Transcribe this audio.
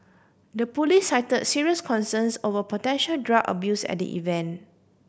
the police cited serious concerns over potential drug abuse at the event